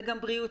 זה גם בריאותי.